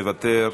מוותר,